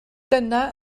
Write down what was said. dyna